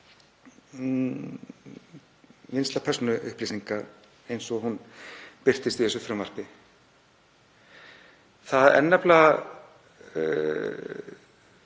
vinnsla persónuupplýsinga eins og hún birtist í þessu frumvarpi. Það er nefnilega